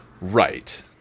Right